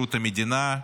שירות המדינה,